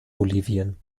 bolivien